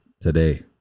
today